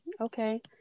okay